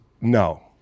No